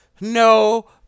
no